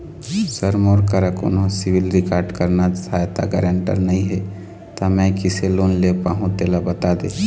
sir मोर करा कोन्हो सिविल रिकॉर्ड करना सहायता गारंटर नई हे ता मे किसे लोन ले पाहुं तेला बता दे